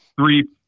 three